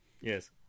Yes